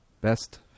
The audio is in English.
Best